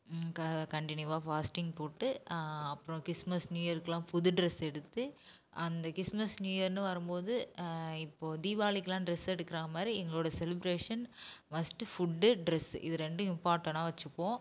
க கன்டினியூவாக ஃபாஸ்டிங் போட்டு அப்புறோம் கிறிஸ்மஸ் நியூ இயருக்குலாம் புது ட்ரெஸ் எடுத்து அந்த கிறிஸ்மஸ் நியூ இயர்னு வரும் போது இப்போ தீபாவளிக்குலாம் ட்ரெஸ் எடுக்குற மாரி எங்களோட செலிப்ரேஷன் மஸ்ட்டு ஃபுட்டு ட்ரெஸ்ஸு இது ரெண்டும் இம்பார்ட்டனாக வச்சுப்போம்